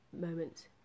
moments